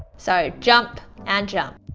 so jump and jump.